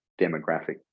demographic